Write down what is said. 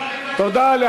תודה רבה.